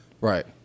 Right